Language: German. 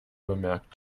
bemerkt